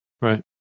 Right